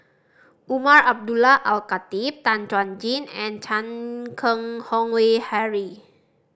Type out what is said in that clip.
Umar Abdullah Al Khatib Tan Chuan Jin and Chan Keng Howe Harry